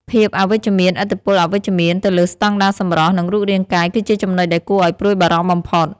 ភាពអវិជ្ជមានឥទ្ធិពលអវិជ្ជមានទៅលើស្តង់ដារសម្រស់ និងរូបរាងកាយ គឺជាចំណុចដែលគួរឲ្យព្រួយបារម្ភបំផុត